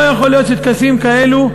לא יכול להיות שטקסים כאלו,